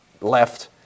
left